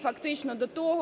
фактично,